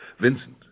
Vincent